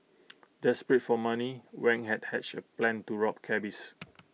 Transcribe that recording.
desperate for money Wang had hatched A plan to rob cabbies